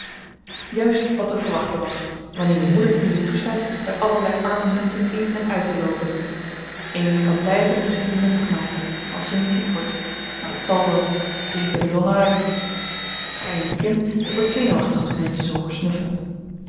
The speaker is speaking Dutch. juist wat te verwachten was wanneer je moeder jullie toestaat bij allerlei arme menschen in en uit te loopen amy kan blijven en zich hier nuttig maken als ze niet ziek wordt maar dat zal wel zij ziet er nu al naar uit schrei niet kind ik word zenuwachtig als ik menschen zoo hoor snuffen